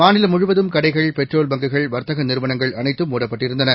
மாநிலம்முழுவதும்கடைகள் பெட்ரோல்பங்க்குகள் வர்த்தகநிறுவனங்கள்அனைத்தும்மூடப்பட்டிருந்தன